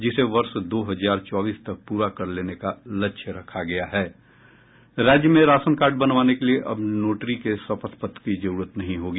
जिसे वर्ष दो हजार चौबीस तक पूरा कर लेने का लक्ष्य रखा गया है राज्य में राशन कार्ड बनवाने के लिए अब नोटरी के शपथ पत्र की जरूरत नहीं होगी